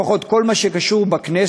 לפחות כל מה שקשור בכנסת,